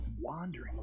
wandering